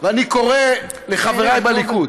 אני קורא לחבריי בליכוד: